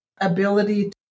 ability